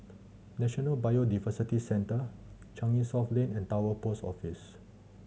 National Biodiversity Centre Changi South Lane and Towner Post Office